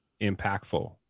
impactful